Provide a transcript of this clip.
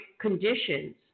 conditions